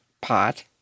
pot